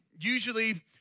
usually